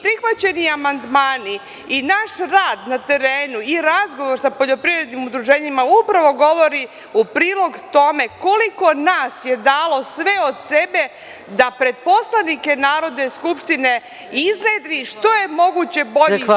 Prihvaćeni amandmani i naš rad na terenu i razgovor sa poljoprivrednim udruženjima upravo govori u prilog tome koliko nas je dalo sve od sebe da pred poslanike Narodne skupštine iznedri što je moguće bolji i kvalitetniji pregled.